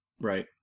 Right